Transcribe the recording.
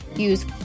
use